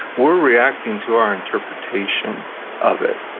we're reacting to our interpretation of it